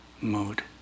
mode